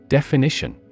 Definition